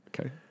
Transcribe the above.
Okay